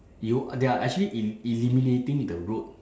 you they are actually el~ eliminating the road